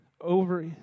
over